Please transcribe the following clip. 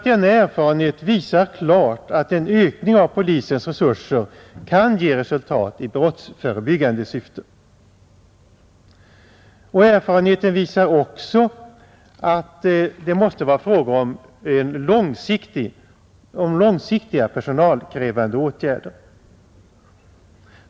Denna erfarenhet visar klart att en ökning av polisens resurser kan ge resultat i brottsförebyggande syfte. Erfarenheten visar också att det måste vara fråga om långsiktiga, personalkrävande åtgärder.